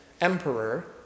emperor